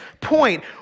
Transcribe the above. point